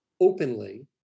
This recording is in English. openly